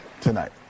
tonight